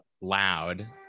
LOUD